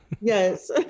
yes